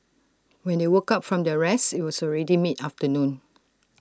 when they woke up from their rest IT was already mid afternoon